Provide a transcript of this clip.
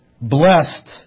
blessed